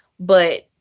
but